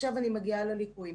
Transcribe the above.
עכשיו אני מגיעה לליקויים.